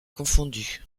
confondus